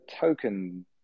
token